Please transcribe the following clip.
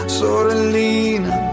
sorellina